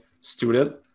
student